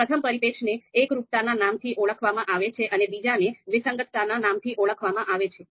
પ્રથમ પરીપેક્ષને એકરૂપતા ના નામ થી ઓળખવામાં આવે છે અને બીજાને વિસંગતતા ના નામ થી ઓળખવામાં આવે છે